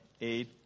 eight